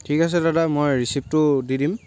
ঠিক আছে দাদা মই ৰিচিপ্টটো দি দিম